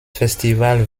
festival